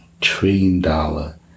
trillion-dollar